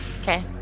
Okay